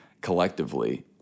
collectively